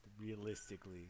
Realistically